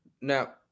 Now